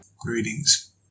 Greetings